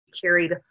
carried